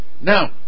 Now